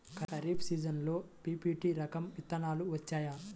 ఖరీఫ్ సీజన్లో బి.పీ.టీ రకం విత్తనాలు వేయవచ్చా?